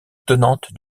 tenante